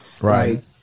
Right